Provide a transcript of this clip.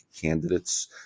candidates